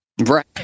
Right